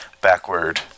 backward